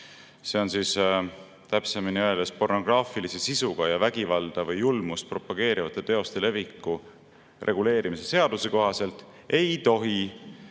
kohaselt, täpsemini öeldes pornograafilise sisuga ja vägivalda või julmust propageerivate teoste leviku reguleerimise seaduse kohaselt, ei tohi